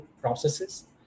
processes